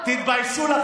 תודה רבה.